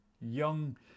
young